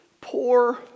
poor